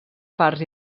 parts